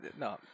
no